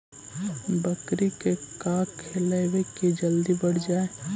बकरी के का खिलैबै कि जल्दी बढ़ जाए?